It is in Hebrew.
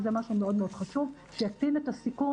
וזה משהו מאוד מאוד חשוב שיקטין את הסיכון